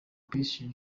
peace